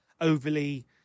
overly